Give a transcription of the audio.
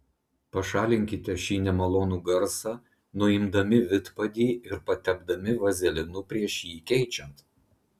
pašalinkite šį nemalonų garsą nuimdami vidpadį ir patepdami vazelinu prieš jį keičiant